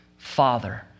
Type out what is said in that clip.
Father